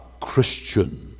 Christian